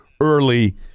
early